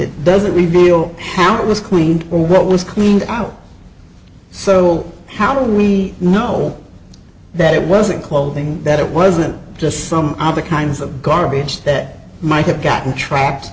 it doesn't reveal how it was cleaned or what was cleaned out so how do we know that it wasn't clothing that it wasn't just some other kinds of garbage that might have gotten trapped